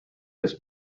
this